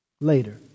Later